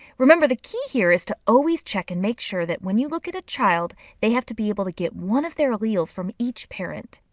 remember the key here is to always check and make sure that when you look at a child they have to be able to get one of their alleles from each parent.